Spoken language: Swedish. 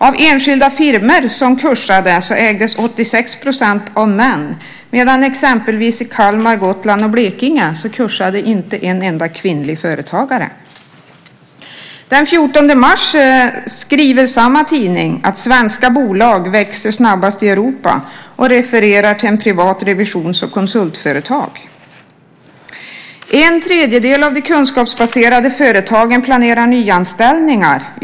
Av enskilda firmor som kursade ägdes 86 % av män, medan inte en enda kvinnlig företagare kursade exempelvis i Kalmar, på Gotland och i Blekinge. Den 14 mars skriver samma tidning att svenska bolag växer snabbast i Europa, och man refererar till ett privat revisions och konsultföretag. En tredjedel av de kunskapsbaserade företagen planerar nyanställningar.